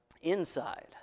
Inside